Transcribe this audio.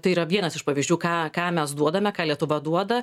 tai yra vienas iš pavyzdžių ką ką mes duodame ką lietuva duoda